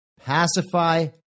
Pacify